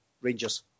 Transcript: Rangers